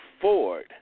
Ford